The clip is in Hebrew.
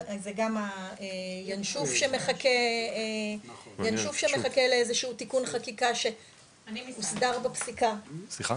זה גם הינשוף שמחכה לאיזה שהוא תיקון חקיקה שהוסדר בפסיקה.